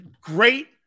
great